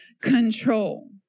control